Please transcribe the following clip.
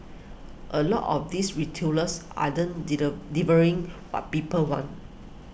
a lot of these retailers are den delivering what people want